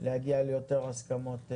להגיע ליותר הסכמות,